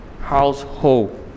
household